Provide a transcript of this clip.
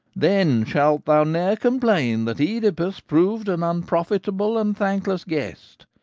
then shall thou ne'er complain that oedipus proved an unprofitable and thankless guest,